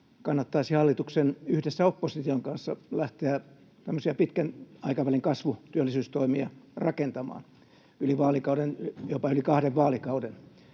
kannattaisi hallituksen yhdessä opposition kanssa lähteä tämmöisiä pitkän aikavälin kasvu‑ ja työllisyystoimia rakentamaan yli vaalikauden,